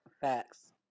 Facts